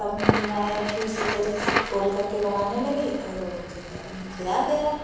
तब मैं भी उसी तरह से खोलकर के बनाने लगी और वो जो है अब मुझे आ गया